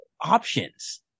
options